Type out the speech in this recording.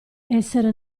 essere